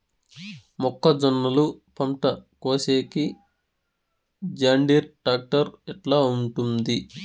మొక్కజొన్నలు పంట కోసేకి జాన్డీర్ టాక్టర్ ఎట్లా ఉంటుంది?